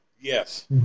Yes